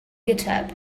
github